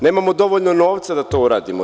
Nemamo dovoljno novca da uradimo.